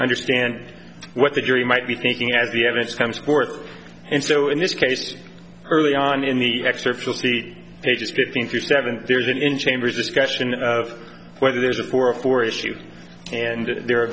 understand what the jury might be thinking as the evidence comes forth and so in this case early on in the excerpts will cede pages fifteen through seven there's an in chambers discussion of whether there's a for a for issue and there are